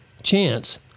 Chance